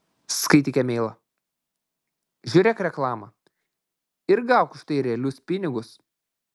skaityk e mailą žiūrėk reklamą ir gauk už tai realius pinigus